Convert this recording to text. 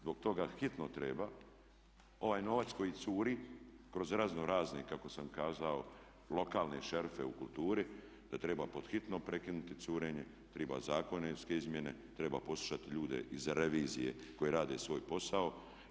Zbog toga pod hitno treba ovaj novac koji curi kroz raznorazne kako sam kazao lokalne šerife u kulturi da treba pod hitno prekinuti curenje, treba zakonske izmjene, treba poslušati ljude iz revizije koji rade svoj posao.